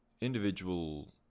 individual